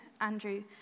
Andrew